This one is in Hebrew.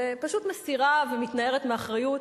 ופשוט מסירה ומתנערת מאחריות,